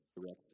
direct